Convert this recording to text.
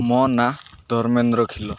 ମୋ ନାଁ ଧର୍ମେନ୍ଦ୍ର ଖିଲୋ